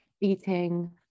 eating